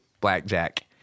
blackjack